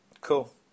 Cool